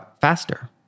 faster